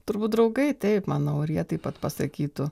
turbūt draugai taip manau ir jie taip pat pasakytų